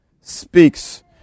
speaks